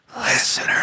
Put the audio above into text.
listener